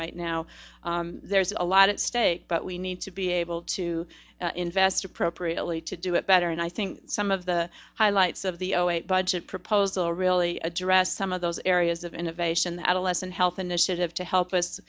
right now there's a lot at stake but we need to be able to invest appropriately to do it better and i think some of the highlights of the zero eight budget proposal really address some of those areas of innovation that a lesson health initiative to help us